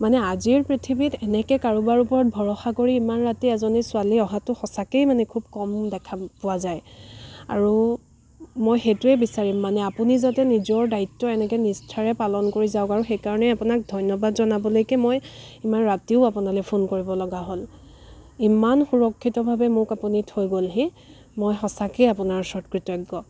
মানে আজিৰ পৃথিৱীত এনেকৈ কাৰোবাৰ ওপৰত ভৰষা কৰি ইমান ৰাতি এজনী ছোৱালী অহাতো সঁচাকৈয়ে মানে খুব কম দেখা পোৱা যায় আৰু মই সেইটোৱেই বিচাৰিম মানে আপুনি যাতে নিজৰ দায়িত্ব এনেকৈ নিষ্ঠাৰে পালন কৰি যাওক আৰু সেই কাৰণে আপোনাক ধন্যবাদ জনাবলৈকে মই ইমান ৰাতিও আপোনালৈ ফোন কৰিবলগা হ'ল ইমান সুৰক্ষিতভাৱে মোক আপুনি থৈ গ'লহি মই সঁচাকৈ আপোনাৰ ওচৰত কৃতজ্ঞ